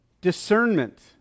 Discernment